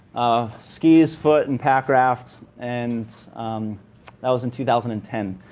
skis, foot, and pack rafts. and that was in two thousand and ten.